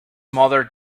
mother